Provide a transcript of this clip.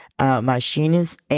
machines